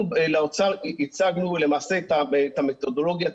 אנחנו לאוצר הצגנו למעשה את המתודולוגיה,